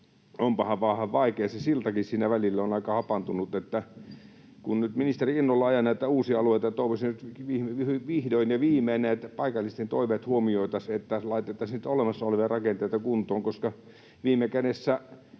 vain vaikeaa. Se siltakin siinä välillä on aika hapantunut. Että kun nyt ministeri innolla ajaa näitä uusia alueita, toivoisin, että nyt vihdoin ja viimein paikallisten toiveet huomioitaisiin, että laitettaisiin niitä olemassa olevia rakenteita kuntoon,